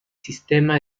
sistema